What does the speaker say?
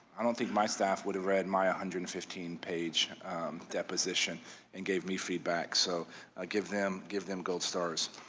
i don't think my staff would've read my ah hundred fifteen page deposition and gave me feedback so i give them, give them gold stars.